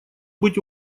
быть